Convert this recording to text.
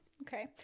Okay